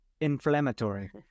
inflammatory